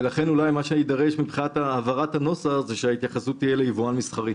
ולכן אולי מה שיידרש מבחינת הנוסח הוא שההתייחסות תהיה ליבואן מסחרי.